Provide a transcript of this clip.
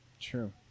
true